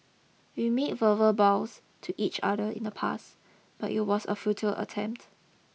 we made verbal vows to each other in the past but it was a futile attempt